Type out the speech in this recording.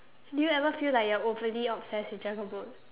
do you ever feel like you're overly obsessed with dragon boat